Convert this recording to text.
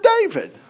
David